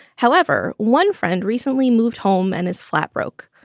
however, one friend recently moved home and his flat broke.